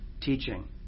teaching